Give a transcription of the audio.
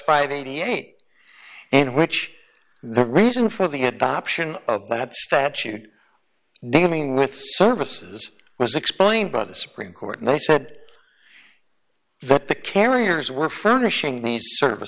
and eighty eight and which the reason for the adoption of that statute dealing with services was explained by the supreme court and they said that the carriers were furnishing the s